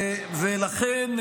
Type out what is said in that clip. ולכן,